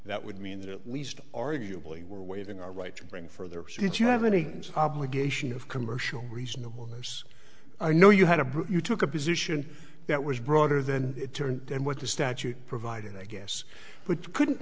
that would mean that at least arguably were waving our right to bring further should you have any obligation of commercial reasonable there's i know you had a brute you took a position that was broader than it turned and what the statute provided i guess but couldn't